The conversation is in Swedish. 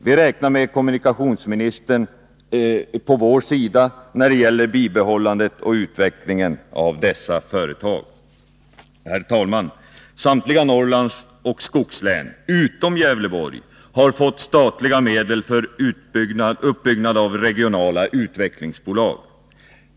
Vi räknar med kommunikationsministern på vår sida när det gäller bibehållandet och utvecklingen av dessa företag. Herr talman! Samtliga Norrlandsoch skogslän — utom Gävleborg — har fått statliga medel för uppbyggnad av regionala utvecklingsbolag.